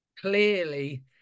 clearly